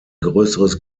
größeres